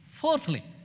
Fourthly